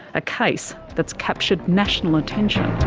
a case that's captured national attention.